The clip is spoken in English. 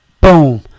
boom